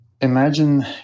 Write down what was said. imagine